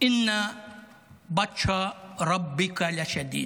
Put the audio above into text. "אכן נוראה נקמת אדונך".